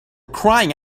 crying